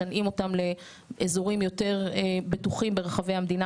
משנעים אותם לאזורים יותר בטוחים ברחבי המדינה